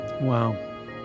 Wow